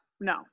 no